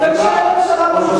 זה האיזון הדרוש.